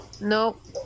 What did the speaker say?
Nope